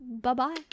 Bye-bye